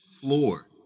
floor